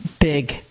big